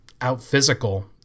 out-physical